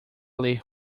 ler